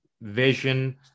vision